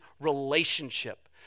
relationship